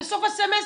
בסוף הסמסטר,